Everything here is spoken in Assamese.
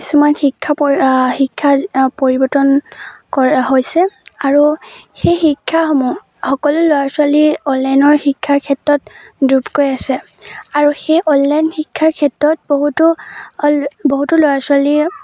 কিছুমান শিক্ষা পৰি শিক্ষা পৰিৱৰ্তন কৰা হৈছে আৰু সেই শিক্ষাসমূহ সকলো ল'ৰা ছোৱালী অনলাইনৰ শিক্ষাৰ ক্ষেত্ৰত ডুব গৈ আছে আৰু সেই অনলাইন শিক্ষাৰ ক্ষেত্ৰত বহুতো বহুতো ল'ৰা ছোৱালী